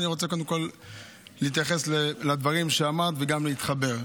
אני רוצה קודם כול להתייחס לדברים שאמרת וגם להתחבר.